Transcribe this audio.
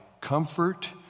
comfort